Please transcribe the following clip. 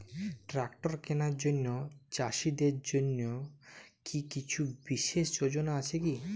Tractor কেনার জন্য চাষীদের জন্য কী কিছু বিশেষ যোজনা আছে কি?